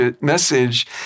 message